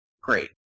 great